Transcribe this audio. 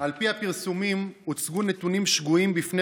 על פי הפרסומים הוצגו נתונים שגויים בפני